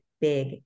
big